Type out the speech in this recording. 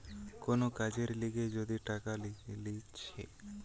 কোন কাজের লিগে যদি টাকা লিছে